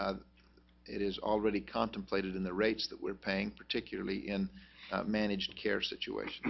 it is already contemplated in the rates that we're paying particularly in managed care situation